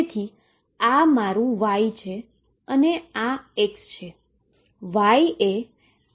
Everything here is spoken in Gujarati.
તેથી આ મારું Y છે આ X છે